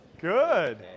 good